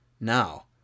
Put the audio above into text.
Now